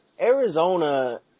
Arizona